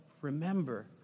remember